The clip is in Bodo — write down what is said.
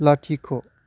लाथिख'